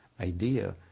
idea